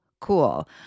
cool